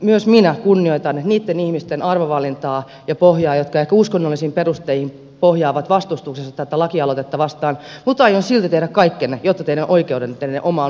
myös minä kunnioitan niitten ihmisten arvovalintaa ja pohjaa jotka ehkä uskonnollisin perustein pohjaavat vastustuksensa tätä lakialoitetta vastaan mutta aion silti tehdä kaikkeni jotta teidän oikeutenne omaan uskontoonne säilyisi